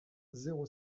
zéro